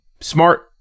Smart